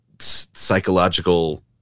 psychological